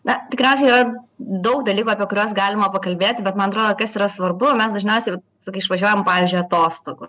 na tikriausiai yra daug dalykų apie kuriuos galima pakalbėti bet man atrodo kas yra svarbu mes dažniausiai va sakai išvažiuojam pavyzdžiui atostogų